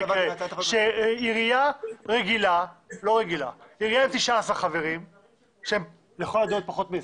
עירייה עם 19 חברים שלכל הדעות הם פחות מ-20,